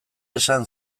esan